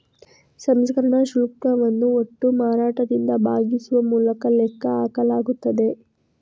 ಸಂಸ್ಕರಣಾ ಶುಲ್ಕವನ್ನು ಒಟ್ಟು ಮಾರಾಟದಿಂದ ಭಾಗಿಸುವ ಮೂಲಕ ಲೆಕ್ಕ ಹಾಕಲಾಗುತ್ತದೆ